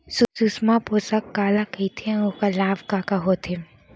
सुषमा पोसक काला कइथे अऊ ओखर लाभ का का होथे?